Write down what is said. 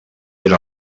era